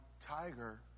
Tiger